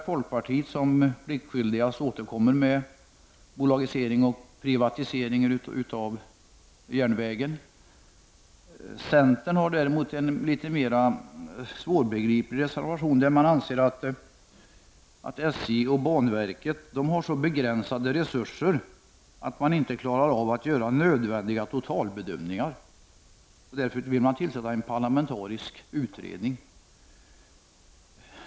Folkpartiet återkommer pliktskyldigast med krav på bolagisering och privatisering av järnvägen. Centern har däremot skrivit en mer svårbegriplig reservation. Centern anser att SJ och banverket har så begränsade resurser att de inte klarar av att göra nödvändiga totalbedömningar. Därför vill centern att det tillsätts en parlamentarisk utredning.